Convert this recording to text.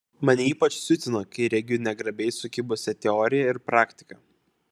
mane ypač siutina kai regiu negrabiai sukibusią teoriją ir praktiką